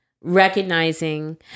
recognizing